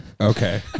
okay